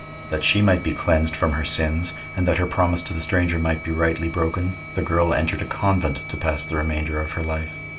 that she might be cleansed from her sins and that her promise to the stranger might be rightly broken, the girl entered a convent to pass the remainder of her life.